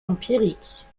empirique